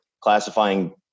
classifying